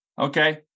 okay